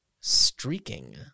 Streaking